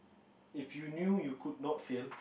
if you knew you could not fail